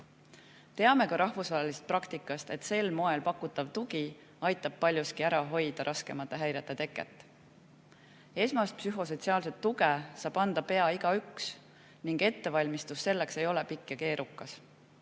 Teame ka rahvusvahelisest praktikast, et sel moel pakutav tugi aitab paljuski ära hoida raskemate häirete teket. Esmast psühhosotsiaalset tuge saab anda pea igaüks ning ettevalmistus selleks ei ole pikk ja keerukas.